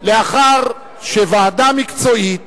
לאחר שוועדה מקצועית